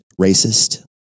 racist